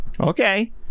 okay